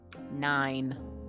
Nine